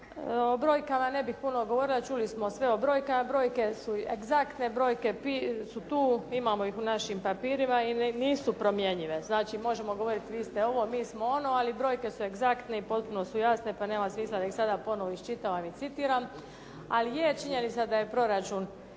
O brojkama ne bih puno govorila, čuli smo sve o brojkama, brojke su egzaktne, brojke su tu, imamo ih u našim papirima i nisu promjenjive. Znači možemo govoriti vi ste ovo, mi smo ono, ali brojke su egzaktne i potpuno su jasne pa nema smisla da ih sada ponovo iščitavam i citiram. Ali je činjenica da je proračun